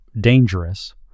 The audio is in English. dangerous